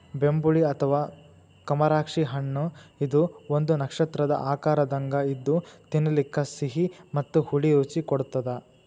ಬೆಂಬುಳಿ ಅಥವಾ ಕಮರಾಕ್ಷಿ ಹಣ್ಣಇದು ಒಂದು ನಕ್ಷತ್ರದ ಆಕಾರದಂಗ ಇದ್ದು ತಿನ್ನಲಿಕ ಸಿಹಿ ಮತ್ತ ಹುಳಿ ರುಚಿ ಕೊಡತ್ತದ